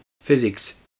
physics